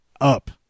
up